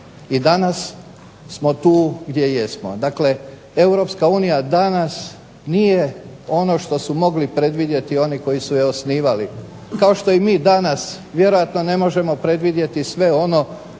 I danas smo tu gdje jesmo. Europska unija danas nije ono što su mogli predvidjeti oni koji su je osnivali, kao što mi danas vjerojatno ne možemo predvidjeti sve ono